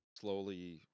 slowly